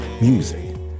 music